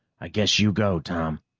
i guess you go, tom.